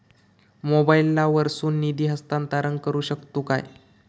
मोबाईला वर्सून निधी हस्तांतरण करू शकतो काय?